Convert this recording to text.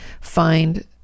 find